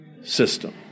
system